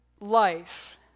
life